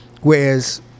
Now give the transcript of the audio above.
Whereas